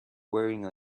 wearing